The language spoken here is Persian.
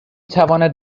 تواند